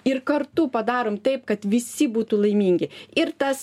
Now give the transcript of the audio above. ir kartu padarom taip kad visi būtų laimingi ir tas